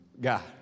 God